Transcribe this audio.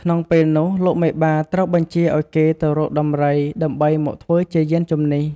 ក្នុងពេលនោះ លោកមេបាត្រូវបញ្ជាឲ្យគេទៅរកដំរី ដើម្បីមកធ្វើជាយានជំនិះ។